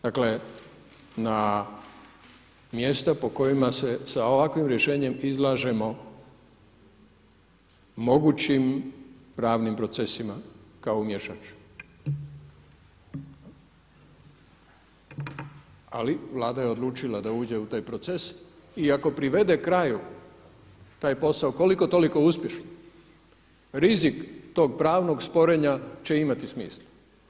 Dakle na mjesta po kojima se sa ovakvim rješenjem izlažemo mogućim pravnim procesima kao u … Ali Vlada je odlučila da uđe u taj proces i ako privede kraju taj posao koliko toliko uspješno rizik tog pravnog sporenja će imati smisla.